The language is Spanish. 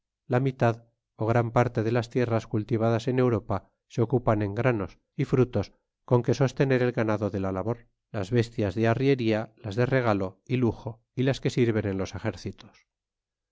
la mitad gran parte de las tierras cultivadas en europa se ocupan en granos y frutos con que sostener el ganado de la labor las bestias de arriería las de regalo y lujo y las que sirven en los ejéreitos